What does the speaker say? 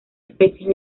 especies